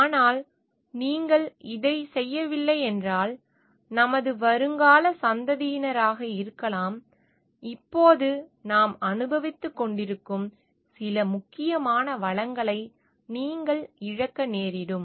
ஆனால் நீங்கள் இதைச் செய்யவில்லை என்றால் நமது வருங்கால சந்ததியினராக இருக்கலாம் இப்போது நாம் அனுபவித்துக்கொண்டிருக்கும் சில முக்கியமான வளங்களை நீங்கள் இழக்க நேரிடும்